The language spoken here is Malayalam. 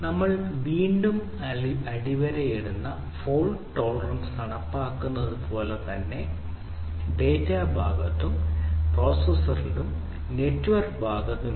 നമ്മൾ വീണ്ടും അടിവരയിടുന്ന ഫോൾട് ടോളറൻറ് നടപ്പാക്കുന്നത് പോലെ തന്നെ ഡാറ്റ ഭാഗത്തും പ്രോസസ്സറിലും നെറ്റ്വർക്ക് ഭാഗത്തും